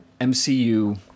MCU